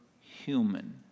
human